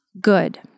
good